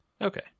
Okay